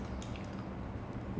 um